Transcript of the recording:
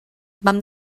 vam